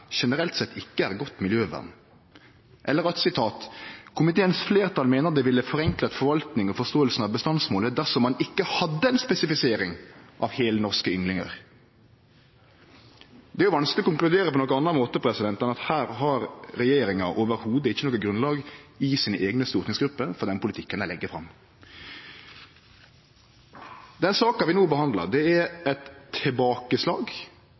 generelt sett, ikke er godt miljøvern.» Og vidare: «Komiteens flertall mener det ville forenklet forvaltning og forståelsen av bestandsmålet dersom man ikke hadde en spesifisering av helnorske ynglinger.» Det er vanskeleg å konkludere på nokon annan måte enn at her har regjeringa ikkje i det heile noko grunnlag i sine eigne stortingsgrupper for den politikken dei legg fram. Saka vi no behandlar, er eit tilbakeslag